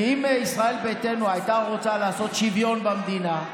כי אם ישראל ביתנו הייתה רוצה לעשות שוויון במדינה,